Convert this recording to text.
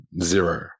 zero